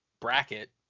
bracket